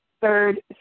third